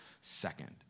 second